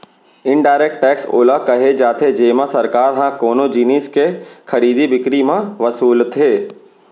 indirect tax ओला केहे जाथे जेमा सरकार ह कोनो जिनिस के खरीदी बिकरी म वसूलथे